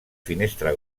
finestra